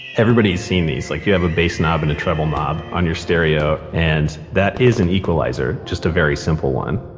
everybody's seen these, like you have a bass knob and a treble knob on your stereo and that is an equalizer, just a very simple one.